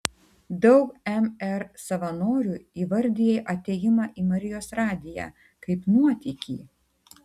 daug mr savanorių įvardija atėjimą į marijos radiją kaip nuotykį